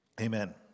Amen